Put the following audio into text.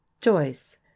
Joyce